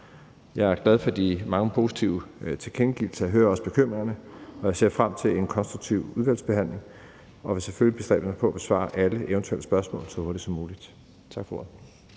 Jeg er glad for de mange positive tilkendegivelser, og jeg hører også bekymringerne, og jeg ser frem til en konstruktiv udvalgsbehandling og vil selvfølgelig bestræbe mig på at besvare alle eventuelle spørgsmål så hurtigt som muligt. Tak for ordet.